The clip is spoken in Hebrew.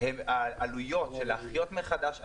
הן העלויות של להחיות מחדש ענף,